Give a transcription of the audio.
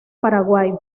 paraguay